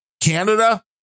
Canada